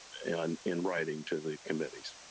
and in writing to the committees.